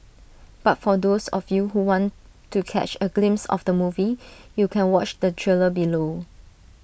but for those of you who want to catch A glimpse of the movie you can watch the trailer below